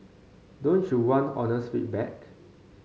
don't you want honest feedback